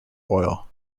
oil